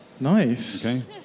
Nice